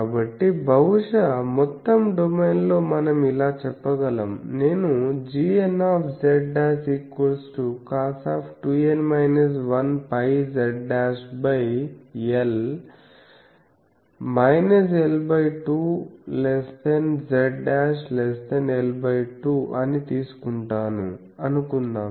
కాబట్టి బహుశా మొత్తం డొమైన్లో మనం ఇలా చెప్పగలం నేను gnz'cosπz'l l2z'l2 అని తీసుకుంటాను అనుకుందాం